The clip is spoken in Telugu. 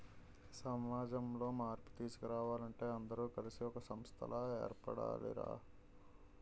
సమాజంలో మార్పు తీసుకురావాలంటే అందరూ కలిసి ఒక సంస్థలా ఏర్పడాలి రా